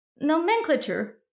nomenclature